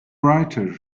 writer